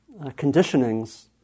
conditionings